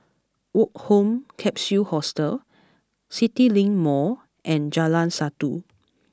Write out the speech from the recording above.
Woke Home Capsule Hostel CityLink Mall and Jalan Satu